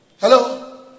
Hello